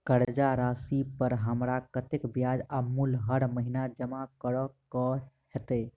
कर्जा राशि पर हमरा कत्तेक ब्याज आ मूल हर महीने जमा करऽ कऽ हेतै?